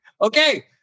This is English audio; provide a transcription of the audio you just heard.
okay